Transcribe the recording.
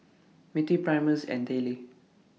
Mittie Primus and Dayle